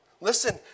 Listen